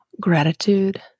gratitude